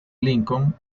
lincoln